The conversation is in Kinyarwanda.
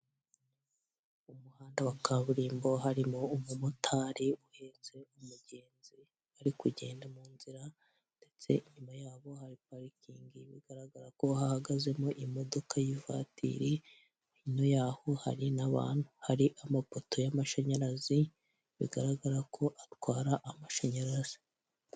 Umuhanda wa kaburimbo, harimo umumotari uhetse umugenzi, ari kugenda mu nzira, ndetse inyuma yabo hari parikingi, bigaragara ko hahagazemo imodoka y'ivatiri, hino yaho hari n'abantu. Hari amapoto y'amashanyarazi bigaragara ko atwara amashanyarazi.